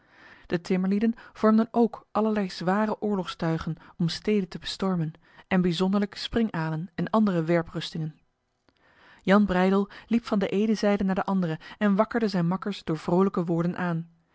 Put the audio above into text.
de timmerlieden vormden ook allerlei zware oorlogstuigen om steden te bestormen en bijzonderlijk springalen en andere werprustingen jan breydel liep van de ene zijde naar de andere en wakkerde zijn makkers door vrolijke woorden aan